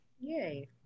yay